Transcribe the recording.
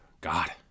God